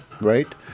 right